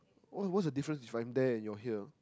what what's the difference if I'm there and you are here